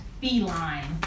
feline